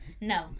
no